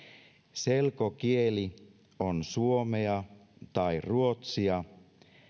selkokieli on suomea tai ruotsia